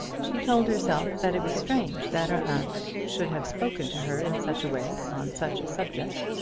she told herself that it was strange that her aunt should have spoken to her in such a way on such a subject.